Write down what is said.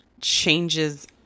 changes